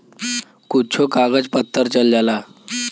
कुच्छो कागज पत्तर चल जाला